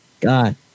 God